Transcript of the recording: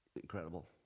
Incredible